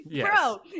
bro